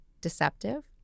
deceptive